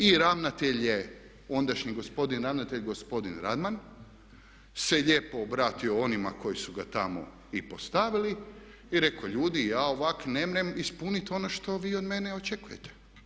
I ravnatelj je, ondašnji gospodin ravnatelj, gospodin Radman se lijepo obratio onima koji su ga tamo i postavili i reko ljudi ja ovak' nemrem ispunit ono što vi od mene očekujete.